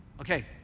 okay